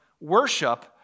worship